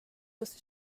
with